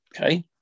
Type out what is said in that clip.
Okay